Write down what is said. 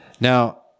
Now